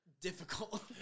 difficult